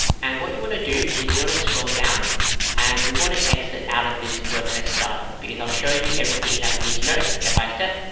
and what you want to do is you want to scroll down and we want to exit out of this wordpress starter because i'll show you everything that we need to know step-by-step.